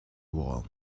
wall